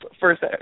First